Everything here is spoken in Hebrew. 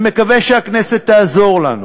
אני מקווה שהכנסת תעזור לנו